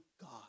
God